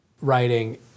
writing